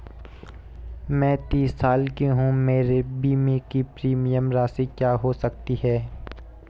मैं तीस साल की हूँ मेरे बीमे की प्रीमियम राशि क्या हो सकती है?